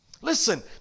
listen